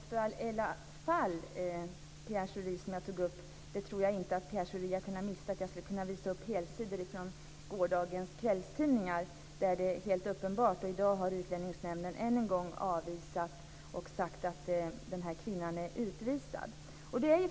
Fru talman! Det aktuella fall som jag tog upp, Pierre Schori, tror jag inte att Pierre Schori har kunnat missa. Jag skulle kunna visa upp helsidor från gårdagens kvällstidningar där det är helt uppenbart. I dag har Utlänningsnämnden än en gång avvisat frågan och sagt att den här kvinnan är utvisad.